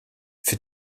für